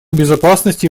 безопасности